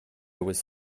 was